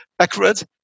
accurate